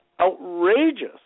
outrageous